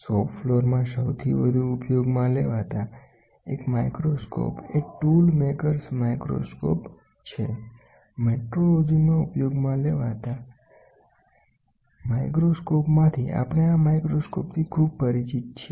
shop ફ્લોરમાં સૌથી વધુ ઉપયોગમાં લેવાતા એક માઇક્રોસ્કોપ એ ટૂલ મેકર્સ માઈક્રોસ્કોપ છે મેટ્રોલોજીમાં ઉપયોગમાં લેવામાં આવતા માઇક્રોસ્કોપમાંથી આપણે આ માઇક્રોસ્કોપથી ખૂબ પરિચિત છીએ